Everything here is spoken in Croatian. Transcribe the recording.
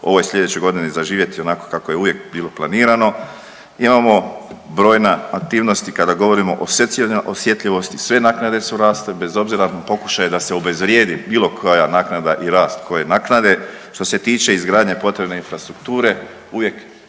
ovo i slijedeće godine zaživjeti onako kako je uvijek bilo planirano. Imamo brojna aktivnosti kada govorimo o socijalnoj osjetljivosti, sve naknade su rasle bez obzira pokušaj je da se obezvrijedi bilo koja naknada i rast koje naknade. Što se tiče izgradnje potrebne infrastrukture uvijek